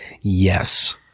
Yes